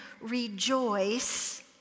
Rejoice